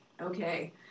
okay